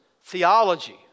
theology